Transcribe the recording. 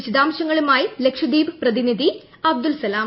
വിശദാംശങ്ങളുമായി ലക്ഷദ്വീപ് പ്രതിനിധി അബ്ദുൾസലാം